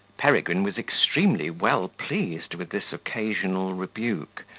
peregrine was extremely well pleased with this occasional rebuke,